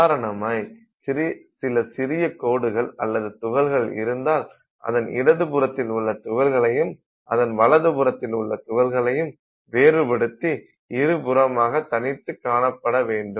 உதாரணமாய் சில சிறிய கோடுகள் அல்லது துகள்கள் இருந்தால் அதன் இடது புறத்தில் உள்ள துகள்களையும் அதன் வலது புறத்தில் உள்ள துகள்களையும் வேறுபடுத்தி இருபுறமாக தனித்து காணப்படவேண்டும்